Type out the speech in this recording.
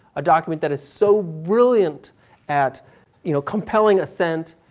a document that is so brilliant at you know compelling assent.